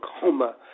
coma